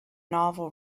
novel